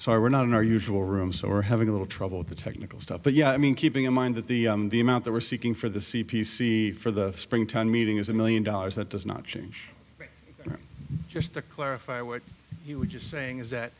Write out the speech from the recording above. sorry we're not in our usual room so are having a little trouble with the technical stuff but yeah i mean keeping in mind that the the amount they were seeking for the c p c for the springtime meeting is a million dollars that does not change just to clarify what you were just saying is that